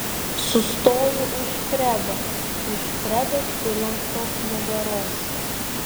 sustoju už fredo už fredo sulenktos nugaros